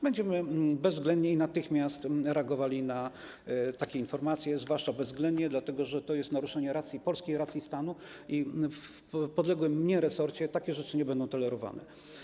Będziemy bezwzględnie i natychmiast reagowali na takie informacje, zwłaszcza bezwzględnie, dlatego że to jest naruszenie polskiej racji stanu i w podległym mi resorcie takie rzeczy nie będą tolerowane.